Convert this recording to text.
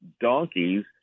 donkeys